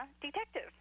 Detective